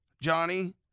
Johnny